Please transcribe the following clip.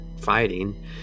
fighting